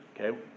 Okay